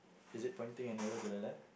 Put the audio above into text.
is it pointing an arrow to the left